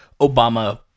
Obama